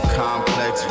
complex